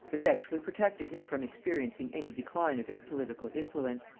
effectually protected him from experiencing any decline of his political influence.